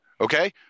okay